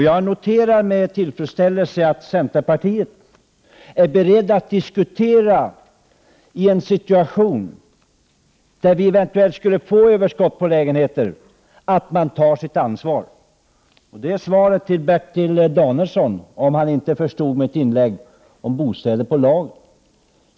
Jag noterar med tillfredsställelse att centerpartiet är berett att diskutera och ta sitt ansvar i en situation med ett eventuellt överskott på lägenheter. Det är svaret till Bertil Danielsson, om han inte förstod mitt inlägg om bostäder på lager.